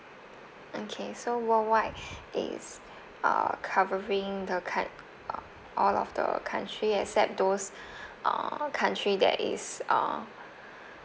okay so worldwide is uh covering the coun~ uh all of the country except those uh country that is uh